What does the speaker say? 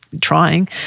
trying